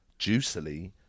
juicily